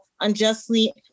unjustly